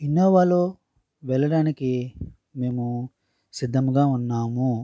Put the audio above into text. ఇన్నోవాలో వెళ్ళడానికి మేము సిద్ధముగా ఉన్నాము